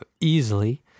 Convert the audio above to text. easily